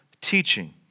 teaching